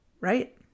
Right